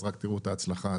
רק תראו את ההצלחה.